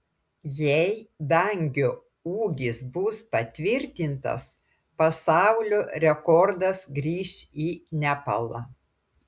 jei dangio ūgis bus patvirtintas pasaulio rekordas grįš į nepalą